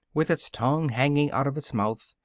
with its tongue hanging out of its mouth,